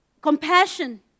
compassion